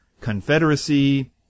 confederacy